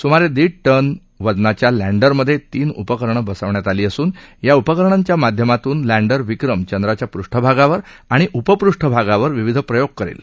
सुमारे दीड ने वजनाच्या लँडरमध्ये तीन उपकरणं बसवण्यात आली असून या उपकरणांच्या माध्यमातून लॅण्डर विक्रम चंद्राच्या पृष्ठभागावर आणि उपपृष्ठभागावर विविध प्रयोग करेल